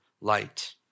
light